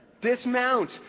Dismount